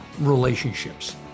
relationships